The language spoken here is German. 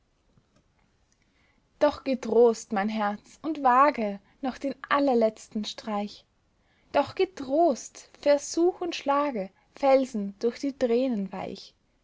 doch getrost mein herz und wage noch den allerletzten streich doch getrost versuch und schlage felsen durch die tränen weich